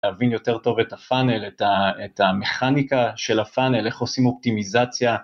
להבין יותר טוב את הפאנל, את המכניקה של הפאנל, איך עושים אופטימיזציה.